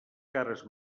cares